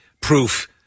proof